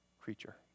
creature